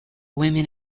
women